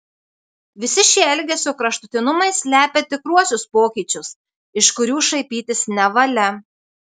visi šie elgesio kraštutinumai slepia tikruosius pokyčius iš kurių šaipytis nevalia